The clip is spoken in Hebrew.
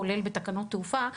כולל בתקנות תעופה,